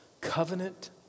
covenant